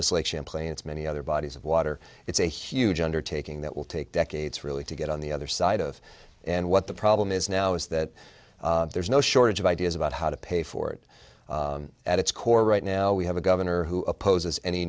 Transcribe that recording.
just lake champlain it's many other bodies of water it's a huge undertaking that will take decades really to get on the other side of and what the problem is now is that there's no shortage of ideas about how to pay for it at its core right now we have a governor who opposes any